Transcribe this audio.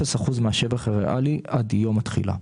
0 אחוז מהשבח הריאלי עד יום התחילה.